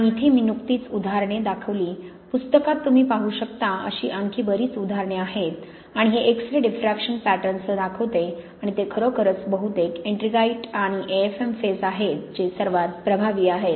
आणि इथे मी नुकतीच उदाहरणे दाखवली पुस्तकात तुम्ही पाहू शकता अशी आणखी बरीच उदाहरणे आहेत आणि हे एक्स रे डिफ्रॅक्शन पॅटर्नसह दाखवते आणि ते खरोखरच बहुतेक एट्रिंगाइट आणि AFm फेज आहेत जे सर्वात प्रभावी आहेत